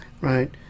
Right